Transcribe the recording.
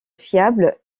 fiable